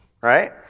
right